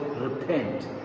repent